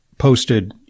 posted